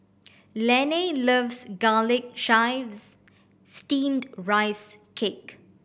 Laney loves Garlic Chives Steamed Rice Cake